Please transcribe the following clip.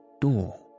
door